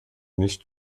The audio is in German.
nicht